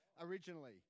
originally